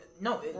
No